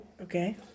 Okay